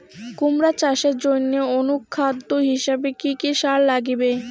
কুমড়া চাষের জইন্যে অনুখাদ্য হিসাবে কি কি সার লাগিবে?